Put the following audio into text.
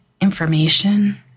information